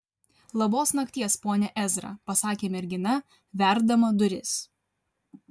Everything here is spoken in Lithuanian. labos nakties pone ezra pasakė mergina verdama duris